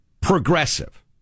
progressive